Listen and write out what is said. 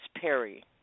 Perry